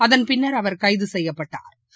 அதன்பின்னா் அவா் கைதசெய்யப்பட்டாா்